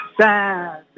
sad